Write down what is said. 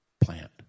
plant